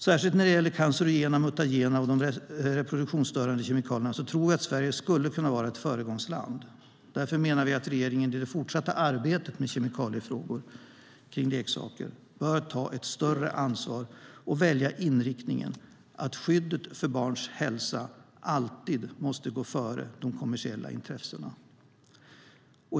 Särskilt när det gäller de cancerogena, mutagena och reproduktionsstörande kemikalierna tror vi att Sverige skulle kunna vara ett föregångsland. Därför menar vi att regeringen i det fortsatta arbetet med kemikaliefrågor rörande leksaker bör ta ett större ansvar och välja inriktningen att skyddet för barns hälsa alltid måste gå före de kommersiella intressena.